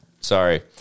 sorry